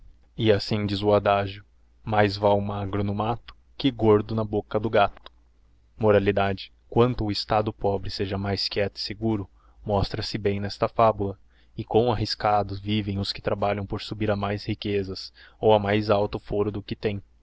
e assim diz o adagio mais na boca vai magro no mato que gordo do gato quanto o estado pobre seja mais mostra-se bem nesta quieto e seguro vivem os fabula e quão arriscados a mais riqueque trabalhão por subir zas ou a mais alto foro do que tem